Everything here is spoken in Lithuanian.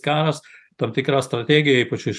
karas tam tikra strategija ypač iš